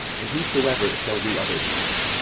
and whosoever shall do otherwise,